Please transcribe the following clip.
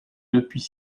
depuis